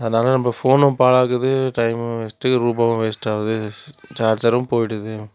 அதனால நம்ம ஃபோனும் பாலாகுது டைம்மும் வேஸ்ட் ரூபாயும் வேஸ்ட் ஆகுது சார்ஜரும் போய்டுது